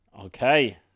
Okay